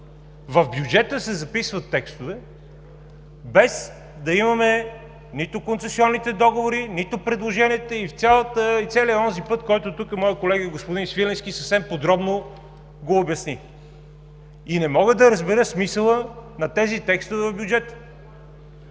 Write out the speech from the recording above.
В бюджета се записват текстове, без да имаме нито концесионните договори, нито предложенията и целия онзи път, който тук моят колега господин Свиленски съвсем подробно го обясни. Не мога да разбера смисъла на тези текстове в бюджета.